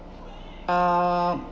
uh